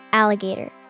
alligator